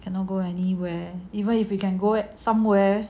cannot go anywhere even if you can go up somewhere